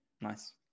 Nice